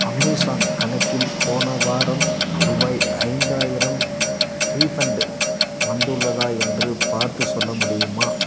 Amazon கணக்கில் போன வாரம் ரூபாய் ஐந்தாயிரம் ரீஃபண்ட் வந்துள்ளதா என்று பார்த்துச் சொல்ல முடியுமா